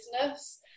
business